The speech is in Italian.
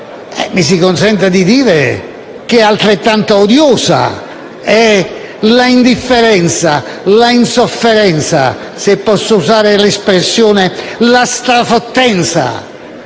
mi si consenta di dire che altrettanto odiose sono l'indifferenza, l'insofferenza e (se posso usare questa espressione) la strafottenza